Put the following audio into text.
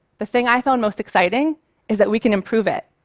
the thing i found most exciting is that we can improve it.